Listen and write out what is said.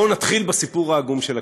אבל בואו נתחיל בסיפור העגום של הכנסת.